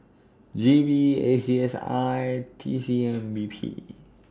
G V A C S I T C M P B